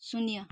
शून्य